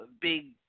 big